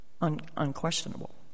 unquestionable